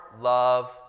love